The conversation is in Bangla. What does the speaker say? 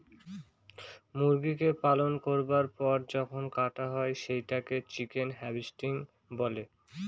মুরগিকে পালন করার পর যখন কাটা হয় সেটাকে চিকেন হার্ভেস্টিং বলে